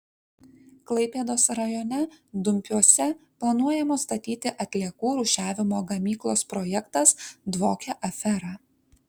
klaipėdos rajone dumpiuose planuojamos statyti atliekų rūšiavimo gamyklos projektas dvokia afera